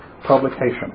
publication